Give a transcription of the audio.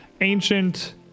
ancient